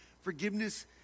Forgiveness